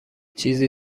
چیزی